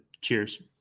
Cheers